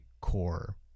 core